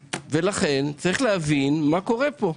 לכן יש להבין מה קורה פה.